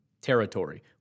territory